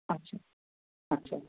আচ্ছা আচ্ছা